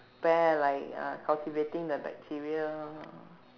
prepare like uh cultivating the bacteria